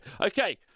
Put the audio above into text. Okay